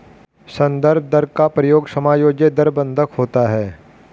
संदर्भ दर का प्रयोग समायोज्य दर बंधक होता है